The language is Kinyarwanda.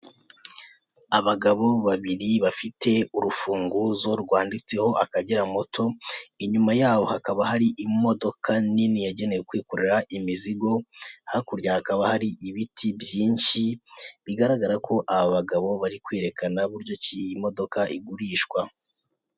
Abagabo babiri bafite urufunguzo rwanditseho Akagera moto, inyuma yabo hakaba hari imodoka nini yagenewe kwikorera imizigo, hakurya hakaba hari ibiti byinshi, bigaragara ko aba bagabo bari kwerekana buryo ki iyi modoka igurishwa.